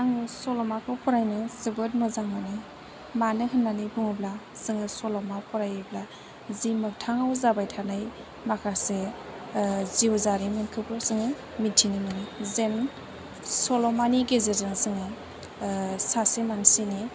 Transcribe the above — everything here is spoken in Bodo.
आङो सल'माखौ फरायनो जोबोर मोजां मोनो मानो होननानै बुङोब्ला जोङो सल'मा फरायोब्ला जि मोगथाङाव जाबाय थानाय माखासे जिउ जारिमिनखौबो जोङो मिथिनो मोनो जेन सल'मानि गेजेरजों जोङो सासे मानसिनि